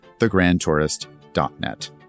thegrandtourist.net